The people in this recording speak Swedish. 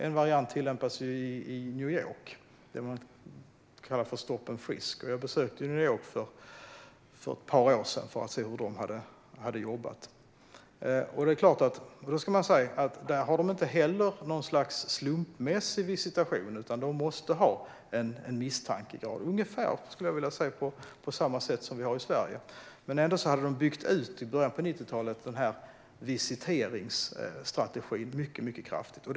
En variant tillämpas i New York - det är den man kallar för stop-and-frisk. Jag besökte New York för ett par år sedan för att se hur de hade jobbat där. Där har de inte heller en slumpmässig visitation, utan de måste ha en misstankegrad på ungefär, skulle jag vilja säga, samma sätt som vi har i Sverige. Men de hade ändå byggt ut denna visitationsstrategi mycket kraftigt i början av 90-talet.